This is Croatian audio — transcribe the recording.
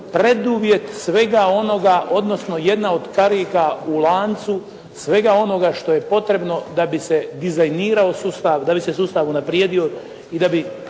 preduvjet svega onoga odnosno jedna od karika u lancu svega onoga što je potrebno da bi se dizajnirao sustav, da bi se sustav unaprijedio i da bi